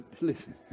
listen